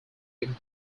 would